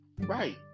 right